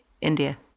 India